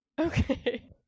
Okay